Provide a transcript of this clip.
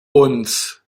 uns